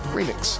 Remix